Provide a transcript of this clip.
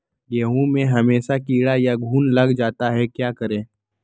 गेंहू में हमेसा कीड़ा या घुन लग जाता है क्या करें?